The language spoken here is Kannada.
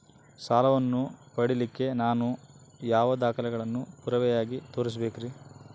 ಸಾಲವನ್ನು ಪಡಿಲಿಕ್ಕೆ ನಾನು ಯಾವ ದಾಖಲೆಗಳನ್ನು ಪುರಾವೆಯಾಗಿ ತೋರಿಸಬೇಕ್ರಿ?